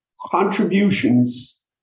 contributions